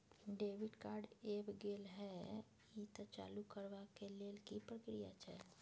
Debit card ऐब गेल हैं त ई चालू करबा के लेल की प्रक्रिया छै?